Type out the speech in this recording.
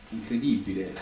incredibile